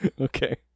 Okay